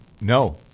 No